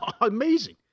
amazing